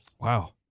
Wow